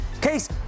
Case